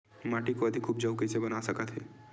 माटी को अधिक उपजाऊ कइसे बना सकत हे?